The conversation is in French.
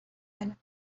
elles